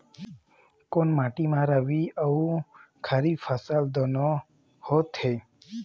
कोन माटी म रबी अऊ खरीफ फसल दूनों होत हे?